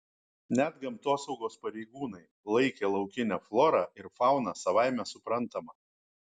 net gamtosaugos pareigūnai laikė laukinę florą ir fauną savaime suprantama